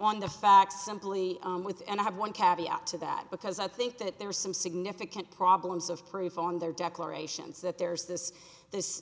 on the facts simply with and have one cabbie out to that because i think that there are some significant problems of proof on their declarations that there's this th